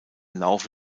laufe